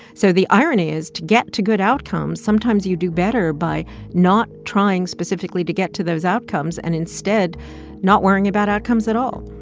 so the irony is to get to good outcomes, sometimes you do better by not trying specifically to get to those outcomes and instead not worrying about outcomes at all.